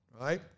right